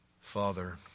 Father